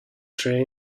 train